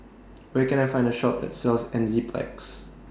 Where Can I Find A Shop that sells Enzyplex